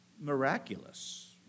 miraculous